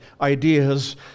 ideas